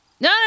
No